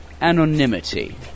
anonymity